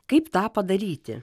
kaip tą padaryti